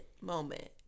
moment